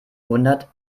hundert